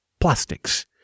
plastics